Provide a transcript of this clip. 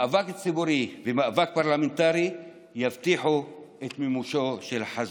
מאבק ציבורי ומאבק פרלמנטרי יבטיחו את מימושו של החזון.